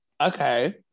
Okay